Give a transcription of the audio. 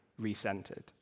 recentered